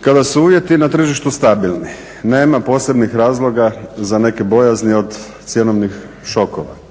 Kada su uvjeti na tržištu stabilni nema posebnih razloga za neke bojazni od cjenovnih šokova.